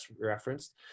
referenced